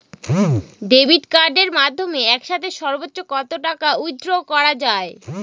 Debit কার্ডের মাধ্যমে একসাথে সর্ব্বোচ্চ কত টাকা উইথড্র করা য়ায়?